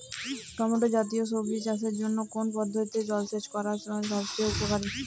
Tomato জাতীয় সবজি চাষের জন্য কোন পদ্ধতিতে জলসেচ করা সবচেয়ে উপযোগী?